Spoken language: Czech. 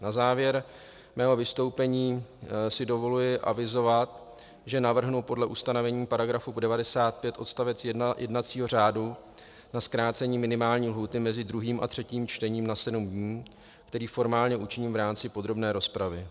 Na závěr svého vystoupení si dovoluji avizovat, že navrhnu podle ustanovení § 95 odst. 1 jednacího řádu zkrácení minimální lhůty mezi druhým a třetím čtením na sedm dní, které formálně učiním v rámci podrobné rozpravy.